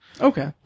Okay